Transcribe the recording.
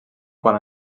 quan